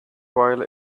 while